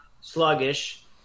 sluggish